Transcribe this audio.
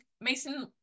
mason